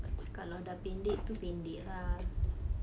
kalau dah pendek tu pendek lah